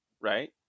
right